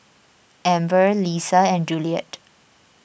Amber Leesa and Juliet